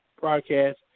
broadcast